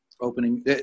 opening